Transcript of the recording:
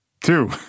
two